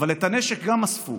אבל את הנשק אספו,